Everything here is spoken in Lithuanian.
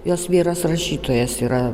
jos vyras rašytojas yra